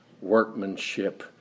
workmanship